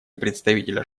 представителя